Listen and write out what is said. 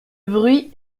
bruit